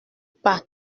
pas